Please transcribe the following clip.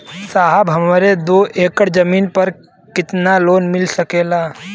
साहब हमरे दो एकड़ जमीन पर कितनालोन मिल सकेला?